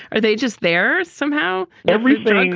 are they just they're somehow everything